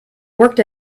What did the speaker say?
worked